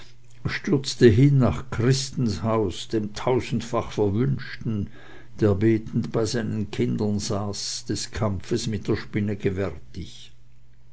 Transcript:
stürzte hin nach christes haus dem tausendfach verwünschten der betend bei seinen kindern saß des kampfes mit der spinne gewärtig